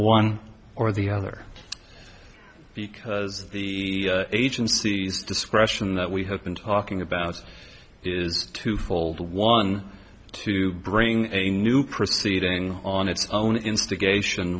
one or the other because the agencies discretion that we have been talking about is twofold one to bring a new proceeding on its own instigation